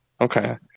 Okay